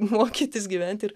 mokytis gyventi ir